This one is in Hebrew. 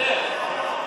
איך?